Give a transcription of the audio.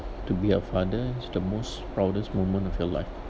to be a father is the most proudest moment of your life